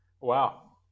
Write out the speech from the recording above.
Wow